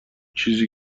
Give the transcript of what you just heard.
چیزی